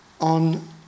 on